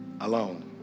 alone